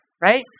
Right